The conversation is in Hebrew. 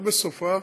לא בסופה,